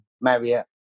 marriott